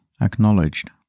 acknowledged